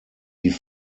die